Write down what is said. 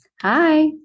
Hi